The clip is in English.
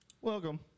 Welcome